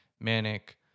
manic